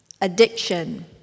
addiction